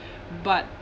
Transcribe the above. but